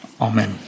Amen